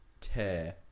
tear